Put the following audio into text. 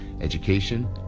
education